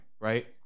right